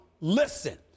listen